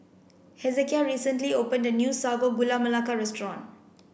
Hezekiah recently opened a new Sago Gula Melaka restaurant